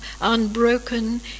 unbroken